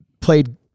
played